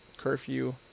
curfew